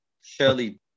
shirley